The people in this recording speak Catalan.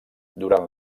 durant